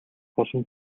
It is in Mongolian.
болон